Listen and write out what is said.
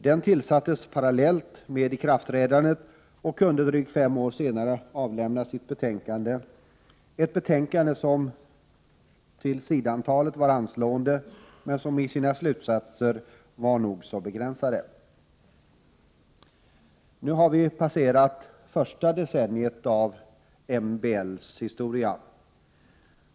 Den tillsattes parallellt med ikraftträdandet och kunde drygt fem år senare avlämna sitt betänkande, ett betänkande som till sidantalet var anslående men vars slutsatser var nog så begränsade. Nu har vi passerat det första decenniet av MBL:s historia.